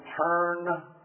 turn